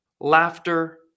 laughter